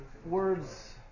Words